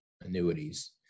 annuities